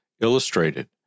Illustrated